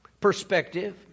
perspective